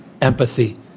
empathy